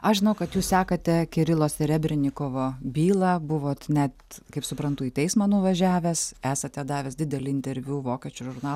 aš žinau kad jūs sekate kirilo serebrinikovo bylą buvot net kaip suprantu į teismą nuvažiavęs esate davęs didelį interviu vokiečių žurnalui